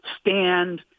stand